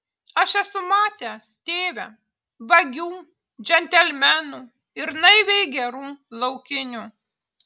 aš esu matęs tėve vagių džentelmenų ir naiviai gerų laukinių